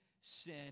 sin